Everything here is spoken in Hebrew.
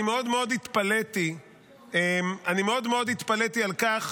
אני מאוד מאוד התפלאתי על כך